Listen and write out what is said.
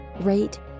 rate